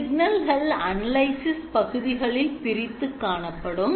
சிக்னல்கள் analysis பகுதிகளில் பிரிந்து காணப்படும்